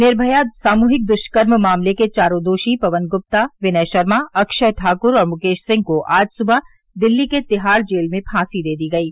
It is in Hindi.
निर्मया सामूहिक दृष्कर्म मामले के चारो दोषी पवन गुप्ता विनय शर्मा अक्षय ठाक्र और मुकेश सिंह को आज सुबह दिल्ली के तिहाड़ जेल में फांसी दे दी गयी